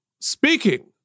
speaking